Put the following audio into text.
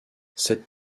cette